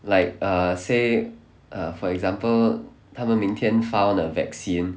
like err say err for example 他们明天 found a vaccine